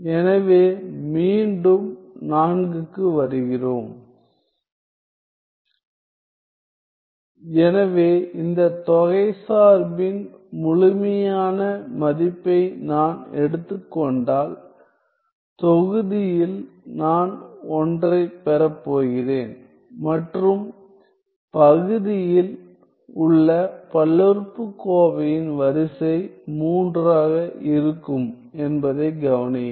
எனவே மீண்டும் 4 க்கு வருகிறோம் எனவே இந்த தொகை சார்பின் முழுமையான மதிப்பை நான் எடுத்துக் கொண்டால் தொகுதியில் நான் ஒன்றைப் பெறப் போகிறேன் மற்றும் பகுதியில் உள்ள பல்லுறுப்புக்கோவையின் வரிசை 3 ஆக இருக்கும் என்பதை கவனியுங்கள்